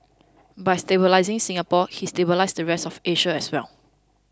by stabilising Singapore he stabilised the rest of Asia as well